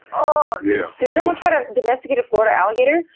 um yeah did somebody try to domesticate a florida alligator?